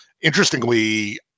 Interestingly